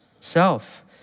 Self